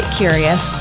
curious